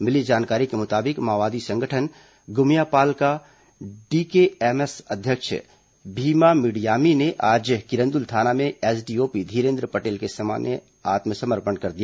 मिली जानकारी के मुताबिक माओवादी संगठन गुमियापाल का डीकेएमएस अध्यक्ष भीमा मिडियामि ने आज किरंदुल थाना में एसडीओपी धीरेन्द्र पटेल के सामने आत्मसमर्पण किया